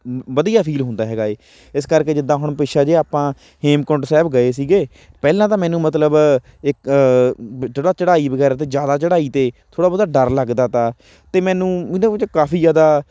ਵਧੀਆ ਫੀਲ ਹੁੰਦਾ ਹੈਗਾ ਹੈ ਇਸ ਕਰਕੇ ਜਿੱਦਾਂ ਹੁਣ ਪਿੱਛਾ ਜਿਹੇ ਆਪਾਂ ਹੇਮਕੁੰਟ ਸਾਹਿਬ ਗਏ ਸੀਗੇ ਪਹਿਲਾਂ ਤਾਂ ਮੈਨੂੰ ਮਤਲਬ ਇੱਕ ਥੋੜ੍ਹਾ ਚੜ੍ਹਾਈ ਵਗੈਰਾ 'ਤੇ ਜ਼ਿਆਦਾ ਚੜ੍ਹਾਈ 'ਤੇ ਥੋੜ੍ਹਾ ਬਹੁਤਾ ਡਰ ਲੱਗਦਾ ਤਾ ਅਤੇ ਮੈਨੂੰ ਉਹਦੇ ਵਿੱਚ ਕਾਫ਼ੀ ਜ਼ਿਆਦਾ